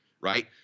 right